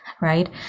Right